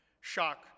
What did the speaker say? Shock